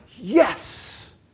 yes